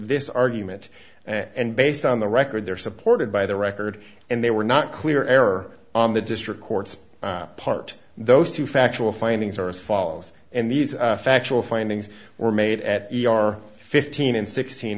this argument and based on the record they're supported by the record and they were not clear error on the district court's part those two factual findings are as follows and these factual findings were made at our fifteen and sixteen